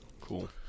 Cool